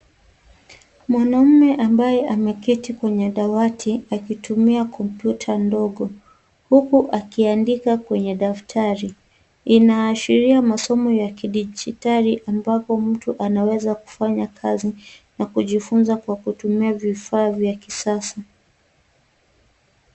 Mwanaume ambaye ameketi kwenye dawati akitumia kompyuta ndogo huku akiandika kwenye daftari. Inaashiria, masomo ya kidijitali ambapo mtu anaweza fanya kazi na kujifunza kwa kutumia vifaa vya kisasa.